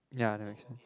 ya that makes sense